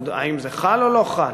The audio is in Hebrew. האם זה חל או לא חל?